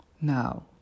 Now